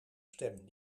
stem